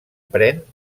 pren